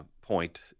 point